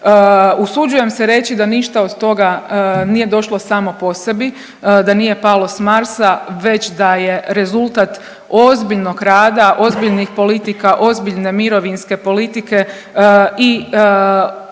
Usuđujem se reći da ništa od toga nije došlo samo po sebi, da nije palo s Marsa već da je rezultat ozbiljnog rada, ozbiljnih politika, ozbiljne mirovinske politike i